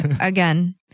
again